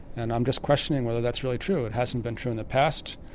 and i'm just questioning whether that's really true. it hasn't been true in the past,